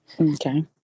Okay